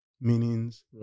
meanings